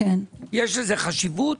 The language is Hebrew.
יש לזה חשיבות.